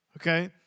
Okay